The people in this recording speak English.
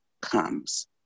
comes